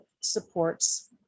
supports